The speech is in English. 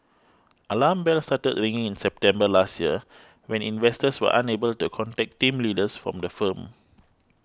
alarm bells started ringing in September last year when investors were unable to contact team leaders from the firm